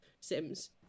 Sims